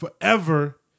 forever